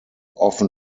often